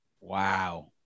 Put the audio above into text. Wow